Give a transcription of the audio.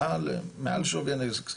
מעל שווי הנזק?